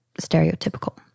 stereotypical